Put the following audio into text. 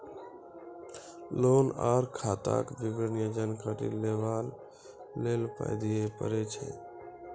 Loan आर खाताक विवरण या जानकारी लेबाक लेल पाय दिये पड़ै छै?